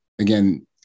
Again